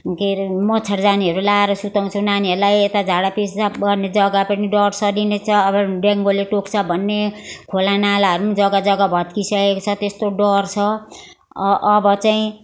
के अरे मच्छरदानीहरू लगाएर सुताउँछु नानीहरूलाई यता झाडापिसाब गर्ने जग्गा पनि डरसरी नै छ अब डेङ्गूले टोक्छ भन्ने खोला नालाहरू पनि जग्गा जग्गा भत्किसकेको छ त्यस्तो डर छ अ अब चाहिँ